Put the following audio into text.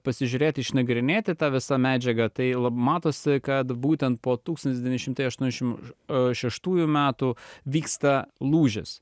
pasižiūrėt išnagrinėti tą visą medžiagą tai lab matosi kad būtent po tūkstantis devyni šimtai aštuoniasdešim a šeštųjų metų vyksta lūžis